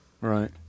Right